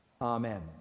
Amen